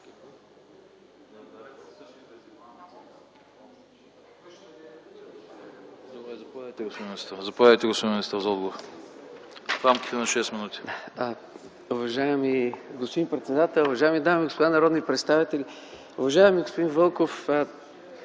Заповядайте, господин Иванов.